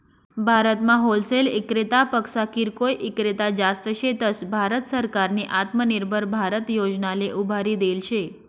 भारतमा होलसेल इक्रेतापक्सा किरकोय ईक्रेता जास्त शेतस, भारत सरकारनी आत्मनिर्भर भारत योजनाले उभारी देल शे